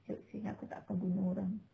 joke seh aku takkan bunuh orang